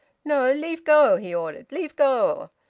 no, leave go! he ordered. leave go!